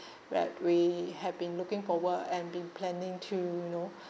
where we have been looking forward and been planning to you know